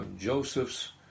Joseph's